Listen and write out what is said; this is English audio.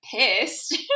pissed